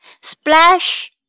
Splash